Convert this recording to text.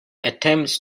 attempts